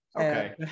Okay